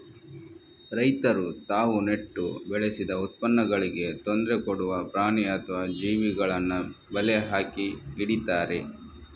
ರೈತರು ತಾವು ನೆಟ್ಟು ಬೆಳೆಸಿದ ಉತ್ಪನ್ನಗಳಿಗೆ ತೊಂದ್ರೆ ಕೊಡುವ ಪ್ರಾಣಿ ಅಥವಾ ಜೀವಿಗಳನ್ನ ಬಲೆ ಹಾಕಿ ಹಿಡೀತಾರೆ